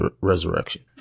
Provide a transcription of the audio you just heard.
Resurrection